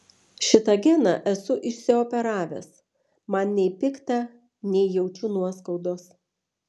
šitą geną esu išsioperavęs man nei pikta nei jaučiu nuoskaudos